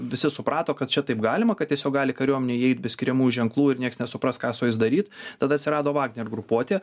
visi suprato kad čia taip galima kad tiesiog gali kariuomenė įeit be skiriamųjų ženklų ir niekas nesupras ką su jais daryt tada atsirado vagner grupuotė